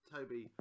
Toby